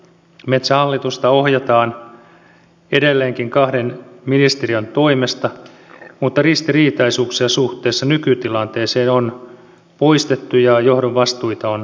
metsähallitusta ohjataan edelleenkin kahden ministeriön toimesta mutta ristiriitaisuuksia suhteessa nykytilanteeseen on poistettu ja johdon vastuita selkeytetty